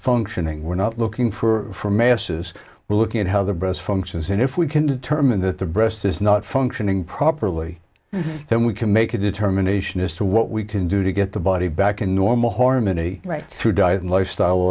functioning we're not looking for masses we're looking at how the breast functions and if we can determine that the breast is not functioning properly then we can make a determination as to what we can do to get the body back in normal harmony right through diet and lifestyle